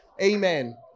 Amen